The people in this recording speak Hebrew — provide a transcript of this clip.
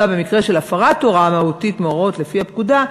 במקרה של הפרת הוראה מהותית מההוראות לפי הפקודה,